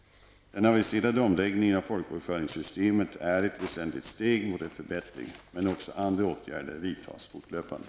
Den aviserade omläggningen av folkbokföringssystemet är ett väsentligt steg mot en förbättring, men också andra åtgärder vidtas fortlöpande.